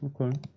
okay